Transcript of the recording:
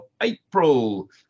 April